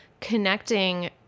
connecting